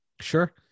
Sure